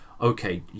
okay